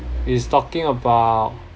it's talking about